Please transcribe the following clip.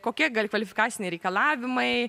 kokia gali kvalifikaciniai reikalavimai